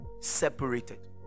separated